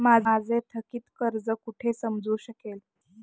माझे थकीत कर्ज कुठे समजू शकेल?